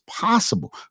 possible